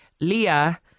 Leah